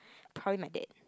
probably my dad